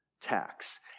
tax